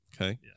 Okay